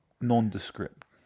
nondescript